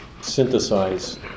synthesize